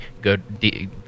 good